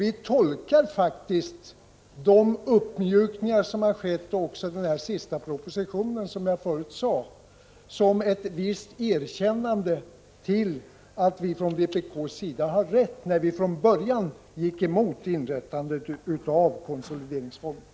Vi tolkar faktiskt de uppmjukningar som har skett i den senaste propositionen och som jag nämnde tidigare som ett visst erkännande av att vi från vpk:s sida hade rätt, när vi från början gick emot inrättandet av konsolideringsfonder.